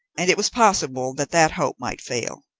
and it was possible that that hope might fail.